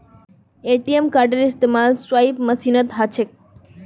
ATM कार्डेर इस्तमाल swipe मशीनत ह छेक